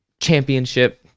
championship